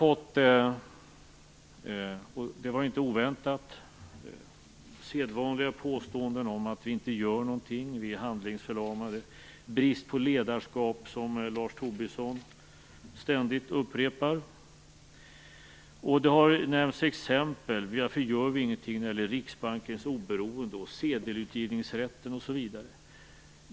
Inte oväntat kom sedvanliga påståenden om att vi inte gör någonting, om att vi är handlingsförlamade. Det är brist på ledarskap, upprepar Lars Tobisson ständigt. Olika exempel har nämnts. Man undrar varför vi inte gör någonting när det gäller Riksbankens oberoende, sedelutgivningsrätten osv.